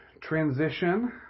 transition